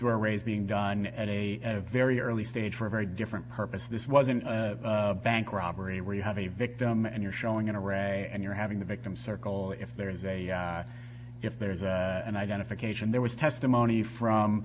were raised being done at a very early stage for a very different purpose this wasn't a bank robbery where you have a victim and you're showing an array and you're having the victim circle if there's a if there's a an identification there was testimony from